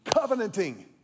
covenanting